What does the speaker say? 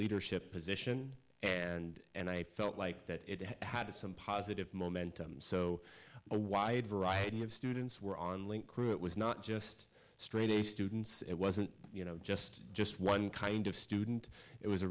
leadership position and and i felt like that it had some positive momentum so a wide variety of students were on link crew it was not just straight a students it wasn't you know just just one kind of student it was a